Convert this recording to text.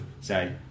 say